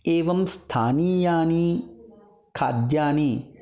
एवं स्थानियानी खाद्यानि